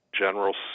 General